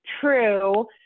true